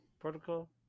Protocol